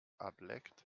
ableckt